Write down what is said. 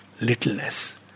littleness